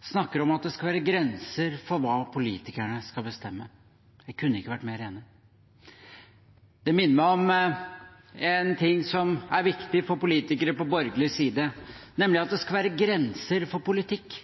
snakker om at det skal være grenser for hva politikerne skal bestemme. Jeg kunne ikke vært mer enig. Det minner meg om en ting som er viktig for politikere på borgerlig side, nemlig at det skal være grenser for politikk.